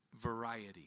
Variety